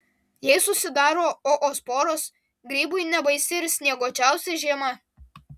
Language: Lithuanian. jei susidaro oosporos grybui nebaisi ir snieguočiausia žiema